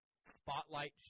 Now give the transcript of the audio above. spotlight